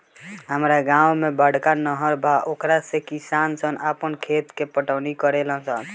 हामरा गांव में बड़का नहर बा ओकरे से किसान सन आपन खेत के पटवनी करेले सन